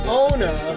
owner